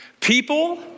People